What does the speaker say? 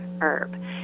herb